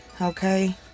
Okay